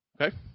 Okay